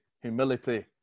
humility